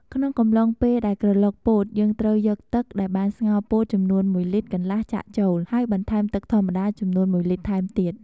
ក្នុងកំឡុងពេលដែលក្រឡុកពោតយើងត្រូវយកទឹកដែលបានស្ងោរពោតចំនួន ១លីត្រកន្លះចាក់ចូល ហើយបន្ថែមទឹកធម្មតាចំនួន១លីត្រថែមទៀត។